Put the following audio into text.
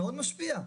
מאוד משפיע.